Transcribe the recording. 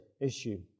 issue